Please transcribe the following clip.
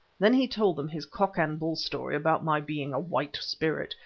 then he told them his cock and bull story about my being a white spirit,